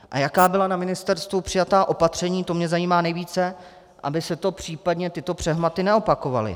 A jaká byla na ministerstvu přijata opatření, to mě zajímá nejvíce, aby se případně tyto přehmaty neopakovaly?